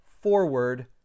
forward